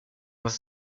was